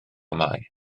mae